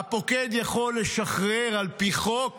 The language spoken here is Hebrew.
הפוקד יכול לשחרר על פי חוק